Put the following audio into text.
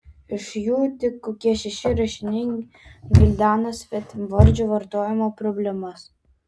iš jų tik kokie šeši rašiniai gvildena svetimvardžių vartojimo problemas